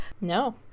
No